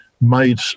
made